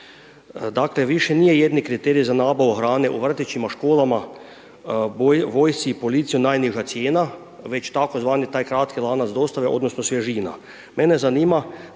Dakle, više nije jedini kriterij za nabavu hrane u vrtićima, školama, vojsci i policiji najniža cijena, već tzv. taj kratki lanac dostave odnosno svježina.